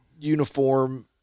uniform